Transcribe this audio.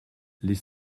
les